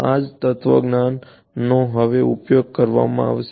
આ જ તત્વજ્ઞાન નો હવે ઉપયોગ કરવામાં આવશે